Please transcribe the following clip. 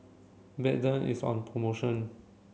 Bedpans is on promotion